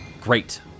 Great